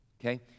okay